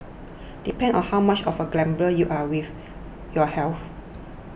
depends on how much of a gambler you are with your health